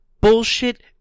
bullshit